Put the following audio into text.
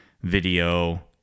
video